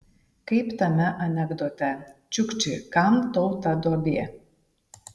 kaip tame anekdote čiukči kam tau ta duobė